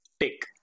take